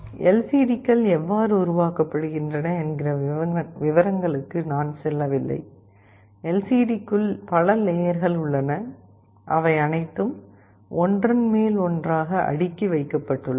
LCD கள் எவ்வாறு உருவாக்கப்படுகின்றன என்ற விவரங்களுக்கு நான் செல்லவில்லை எல்சிடி க்குள் பல லேயர்கள் உள்ளன அவை அனைத்தும் ஒன்றின் மேல் ஒன்றாக அடுக்கி வைக்கப்பட்டுள்ளன